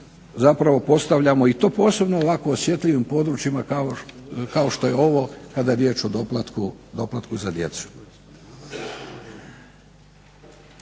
način postavljamo i to posebno u ovako osjetljivim područjima kada je riječ o doplatku za djecu.